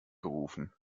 gerufen